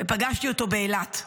ופגשתי אותו באילת.